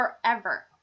forever